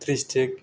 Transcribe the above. district